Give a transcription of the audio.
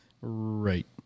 right